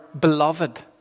beloved